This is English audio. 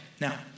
Now